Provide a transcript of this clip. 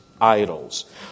idols